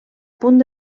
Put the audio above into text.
punt